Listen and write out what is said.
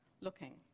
looking